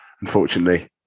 unfortunately